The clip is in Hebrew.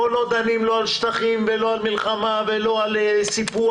פה לא דנים לא על שטחים ולא על מלחמה ולא על סיפוח.